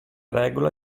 regola